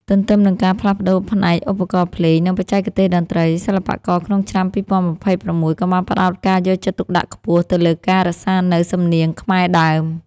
ទន្ទឹមនឹងការផ្លាស់ប្តូរផ្នែកឧបករណ៍ភ្លេង និងបច្ចេកទេសតន្ត្រី សិល្បករក្នុងឆ្នាំ ២០២៦ ក៏បានផ្ដោតការយកចិត្តទុកដាក់ខ្ពស់ទៅលើការរក្សានូវ សំនៀងខ្មែរដើម។